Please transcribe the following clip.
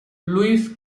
luis